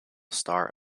star